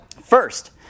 first